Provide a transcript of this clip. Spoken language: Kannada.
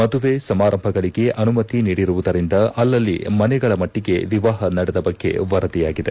ಮದುವೆ ಸಮಾರಂಭಗಳಿಗೆ ಅನುಮತಿ ನೀಡಿರುವುದರಿಂದ ಅಲ್ಲಲ್ಲಿ ಮನೆಗಳ ಮಟ್ಟಿಗೆ ವಿವಾಹ ನಡೆದ ಬಗ್ಗೆ ವರದಿಯಾಗಿದೆ